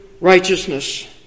righteousness